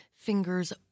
fingers